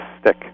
stick